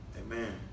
Amen